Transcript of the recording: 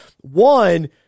one